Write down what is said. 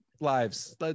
lives